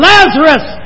Lazarus